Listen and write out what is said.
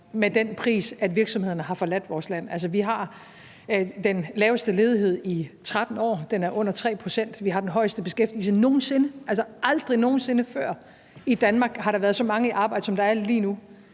med den pris, at virksomhederne har forladt vores land. Altså, vi har den laveste ledighed i 13 år, den er under 3 pct., vi har den højeste beskæftigelse nogen sinde – altså aldrig nogen sinde før i Danmark har der været så mange i arbejde, som der er lige nu;